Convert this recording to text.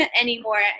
anymore